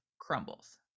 crumbles